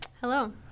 Hello